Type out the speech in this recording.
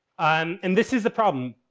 um and this is the problem.